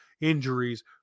injuries